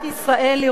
ירושלים,